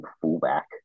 fullback